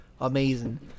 amazing